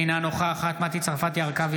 אינה נוכחת מטי צרפתי הרכבי,